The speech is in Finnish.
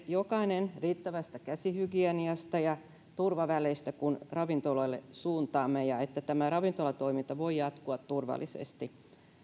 jokainen riittävästä käsihygieniasta ja turvaväleistä kun ravintoloille suuntaamme niin että tämä ravintolatoiminta voi jatkua turvallisesti